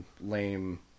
lame